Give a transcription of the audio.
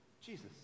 Jesus